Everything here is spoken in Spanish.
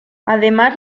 además